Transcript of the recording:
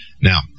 Now